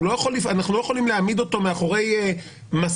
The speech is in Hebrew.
אנחנו לא יכולים להעמיד אותו מאחורי מסך